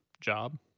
job